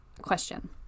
question